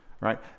right